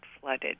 flooded